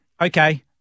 okay